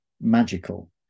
magical